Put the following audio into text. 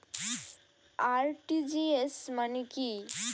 RTGS মানে কি?